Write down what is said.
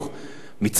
מצד שני,